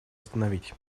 остановить